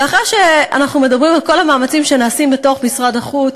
ואחרי שאנחנו מדברים על כל המאמצים שנעשים בתוך משרד החוץ,